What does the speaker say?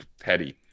petty